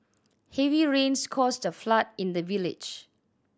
heavy rains caused a flood in the village